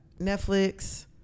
Netflix